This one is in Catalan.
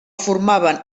formaven